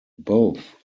both